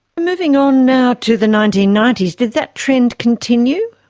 moving on now to the nineteen ninety s, did that trend continue?